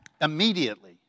immediately